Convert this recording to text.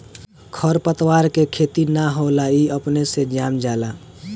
खर पतवार के खेती ना होला ई अपने से जाम जाला